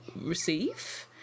receive